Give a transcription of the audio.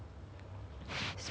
nowadays what song are you lear~